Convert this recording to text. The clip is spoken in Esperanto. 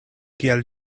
kiel